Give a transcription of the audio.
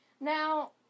Now